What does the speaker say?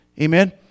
Amen